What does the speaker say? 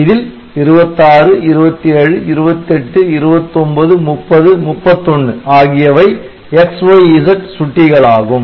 இதில் 26 27 28 29 30 31 ஆகியவை X Y Z சுட்டிகளாகும்